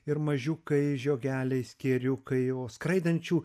ir mažiukai žiogeliai skėrių kai o skraidančių